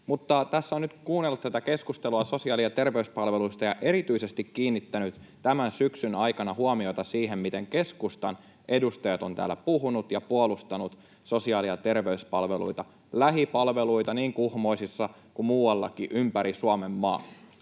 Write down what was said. Tässä olen nyt kuunnellut tätä keskustelua sosiaali- ja terveyspalveluista ja erityisesti kiinnittänyt tämän syksyn aikana huomiota siihen, miten keskustan edustajat ovat täällä puhuneet ja puolustaneet sosiaali- ja terveyspalveluita, lähipalveluita niin Kuhmoisissa kuin muuallakin ympäri Suomenmaan.